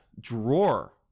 Drawer